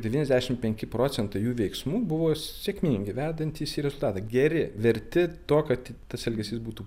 devyniasdešimt penki procentai jų veiksmų bus sėkmingi vedantys į rezultą geri verti to kad tas elgesys būtų